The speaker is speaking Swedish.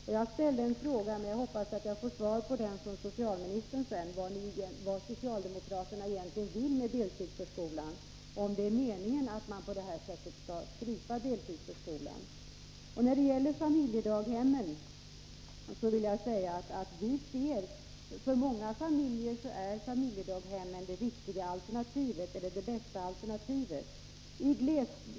Jag ställde tidigare en fråga, som jag hoppas att jag senare får svar på av socialministern, om vad socialdemokraterna egentligen vill med deltidsförskolan. Är det meningen att man på detta sätt skall strypa deltidsförskolan? När det gäller familjedaghemmen vill jag säga att familjedaghemmen för många familjer är det bästa alternativet.